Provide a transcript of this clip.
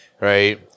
right